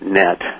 net